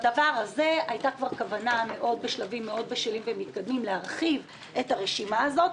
הייתה כבר כוונה בשלבים מאוד בשלים ומתקדמים להרחיב את הרשימה הזאת.